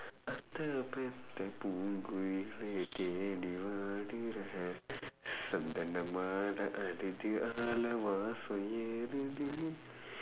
அத்த பெத்த பூங்குயிலே தேடி வாடுறேன் சந்தன மாலை அள்ளுது ஆழ வாசம் ஏருது:aththa peththa poongkuyilee theedi vaadureen sandthana maalai alluthu aazha vaasam eeruthu